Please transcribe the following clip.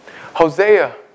Hosea